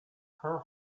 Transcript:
her